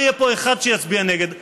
לא יהיה פה אחד שיצביע נגד,